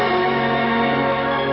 and